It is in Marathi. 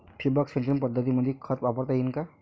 ठिबक सिंचन पद्धतीमंदी खत वापरता येईन का?